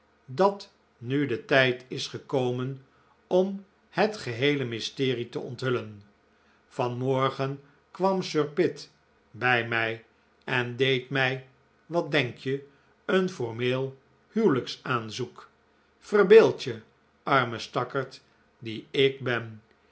dat nu de tijd is gekomen om het geheele mysterie te onthullen vanmorgen kwam sir pitt bij mij en deed mij wat denk je een formeel huwelijksaanzoek verbeeld je arme stakkerd die ik ben